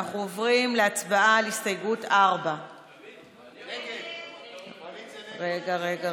אנחנו עוברים להצבעה על הסתייגות 4. ההסתייגות (4) של קבוצת סיעת ישראל